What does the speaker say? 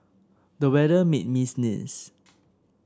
the weather made me sneeze